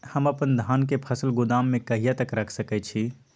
हम अपन धान के फसल गोदाम में कहिया तक रख सकैय छी?